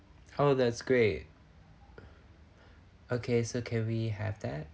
oh that's great okay so can we have that